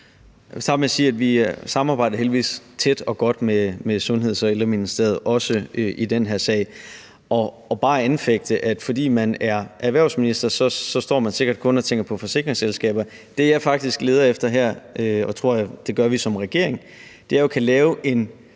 samarbejder tæt og godt med Sundheds- og Ældreministeriet, også i den her sag, og bare anfægte, at man, fordi man er erhvervsminister, så sikkert kun står og tænker på forsikringsselskaber. Det, som jeg faktisk leder efter her – og det tror jeg vi gør som regering – er jo at kunne lave en